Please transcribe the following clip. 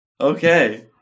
Okay